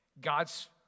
God's